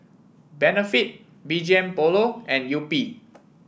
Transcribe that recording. Benefit B G M Polo and Yupi